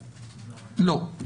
מעכי,